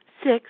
Six